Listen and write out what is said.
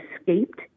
escaped